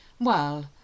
Well